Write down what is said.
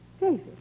David